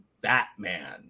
Batman